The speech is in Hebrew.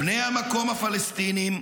בני המקום הפלסטינים,